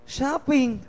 Shopping